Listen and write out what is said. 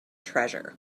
treasure